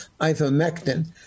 ivermectin